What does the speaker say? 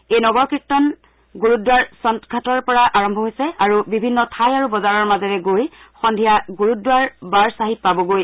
এই নগৰ কীৰ্তন গুৰুদ্বাৰা সন্তঘাটৰ পৰা আৰম্ভ হৈছে আৰু বিভিন্ন ঠাই আৰু বজাৰৰ মাজেৰে গৈ সন্ধিয়া গুৰুদ্বাৰ বাৰ চাহিব পায়গৈ